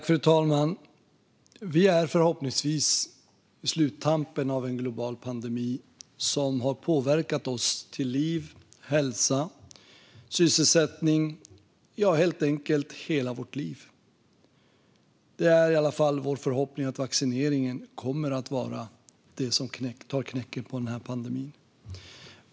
Fru talman! Vi är förhoppningsvis på sluttampen av en global pandemi som har påverkat oss till liv, hälsa och sysselsättning, helt enkelt hela vårt liv. Det är vår förhoppning att vaccineringen kommer att vara det som tar knäcken på pandemin.